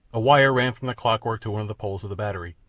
a wire ran from the clockwork to one of the poles of the battery,